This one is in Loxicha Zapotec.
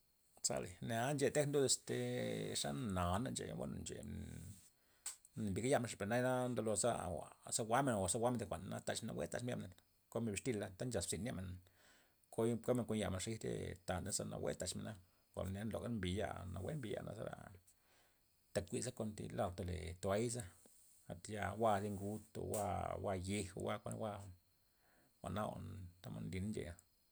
Sale, mmnea nche tejna lud este xa nana' ncheya bueno ncheya, nambiga ya men per naya na ndolo za jwa' za jwa'men o zi jwa'na thi jwa'na tax men nawue taxmen ya men, komen bixtila anta nchax bzyn ya men koi- komen kun yamen zij re taney ze nawue tax mena, ngolo mey nloga mbi ya' nawue mbi ya zera tak kuizley kon thi lar ndole toayza tayal jwa' zi ngud o jwa'- jwa' yek o jwa' kuan jwa'na tamod nlina ncheya.